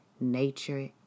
nature